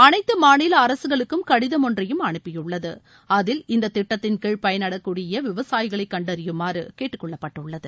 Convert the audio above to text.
அனைத்து மாநில அரசுகளுக்கும் கடிதம் ஒன்றையும் அனுப்பியுள்ளது அதில் இந்த திட்டத்தின்கீழ பயனடையக்கூடிய விவசாயிகளை கண்டறியுமாறு கேட்டுக்கொள்ளப்பட்டுள்ளது